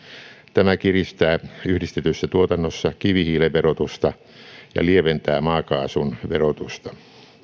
tämä kiristää yhdistetyssä tuotannossa kivihiilen verotusta ja lieventää maakaasun verotusta